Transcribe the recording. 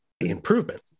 improvement